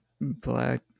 Black